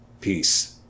Peace